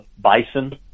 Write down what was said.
bison